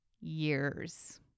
years